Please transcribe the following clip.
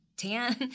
tan